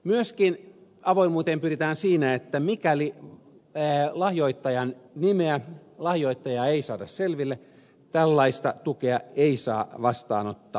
myöskin avoimuuteen pyritään siinä että mikäli lahjoittajan nimeä lahjoittajaa ei saada selville tällaista tukea ei saa vastaanottaa